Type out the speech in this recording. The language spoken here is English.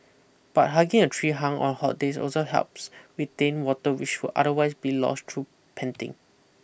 but hugging a tree hunk our hot days also helps retain water which would otherwise be lost through panting